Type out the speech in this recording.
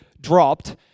dropped